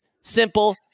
simple